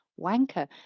wanker